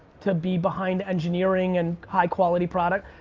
to be behind engineering and high-quality product.